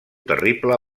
terrible